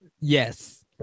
Yes